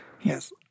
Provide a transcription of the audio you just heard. yes